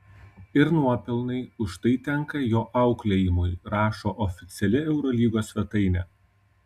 ir nuopelnai už tai tenka jo auklėjimui rašo oficiali eurolygos svetainė